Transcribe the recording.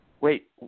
wait